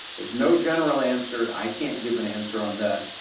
there's no general answer. i can't give an answer on that,